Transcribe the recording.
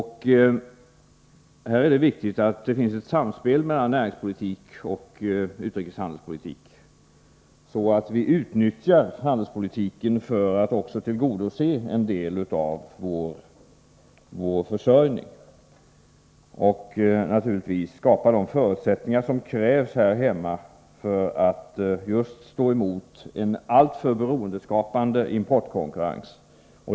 Här är det viktigt att det finns ett samspel mellan näringspolitik och utrikeshandelspolitik, så att vi utnyttjar handelspolitiken för att också tillgodose en del av vår försörjning och naturligtvis skapar de förutsättningar som krävs här hemma för att stå emot en alltför beroendeskapande importkonkurrens.